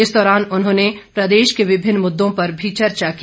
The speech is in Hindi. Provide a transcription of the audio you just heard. इस दौरान उन्होंने प्रदेश के विभिन्न मुद्दों पर भी चर्चा की